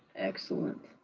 excellent,